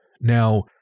Now